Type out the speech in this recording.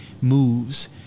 moves